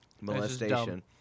Molestation